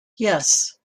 yes